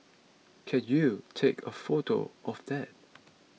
can you take a photo of that